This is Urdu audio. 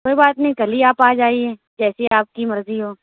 کوئی بات نہیں کل ہی آپ آ جائیے جیسی آپ کی مرضی ہو